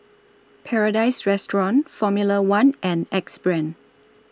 Paradise Restaurant Formula one and Axe Brand